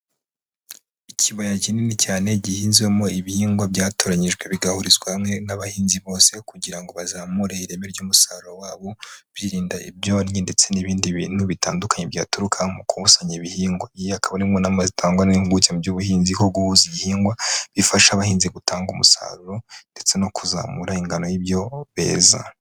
Ikibaya kinini cyane gihinzwemo ibihingwa byatoranyijwe bigahurizwa hamwe n'abahinzi bose kugira ngo bazamure ireme ry'umusaruro wabo, birinda ibyonnyi ndetse n'ibindi bintu bitandukanye byaturuka mu kubusanya ibihingwa, iyi ikaba ari imwe mu nama zitangwa n'impuguke mu by'ubuhinzi ko guhuza igihingwa bifasha abahinzi gutanga umusaruro, ndetse no kuzamura ingano y'ibyo beza.